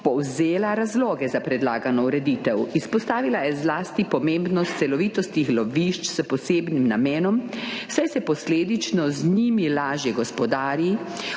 povzela razloge za predlagano ureditev. Izpostavila je zlasti pomembnost celovitosti lovišč s posebnim namenom, saj se posledično z njimi lažje gospodari,